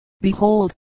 behold